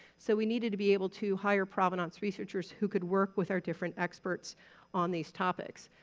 so we needed to be able to hire provenance researchers who could work with our different experts on these topics.